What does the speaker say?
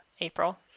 April